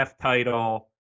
title